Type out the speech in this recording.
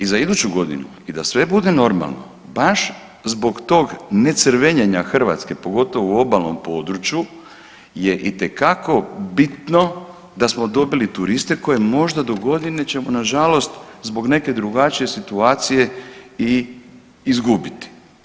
I za iduću godinu i da sve bude normalno baš zbog tog ne crvenjenja Hrvatske pogotovo u obalnom području je itekako bitno da smo dobili turiste koje možda do godine ćemo na žalost zbog neke drugačije situacije i izgubiti.